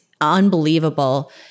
unbelievable